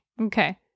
Okay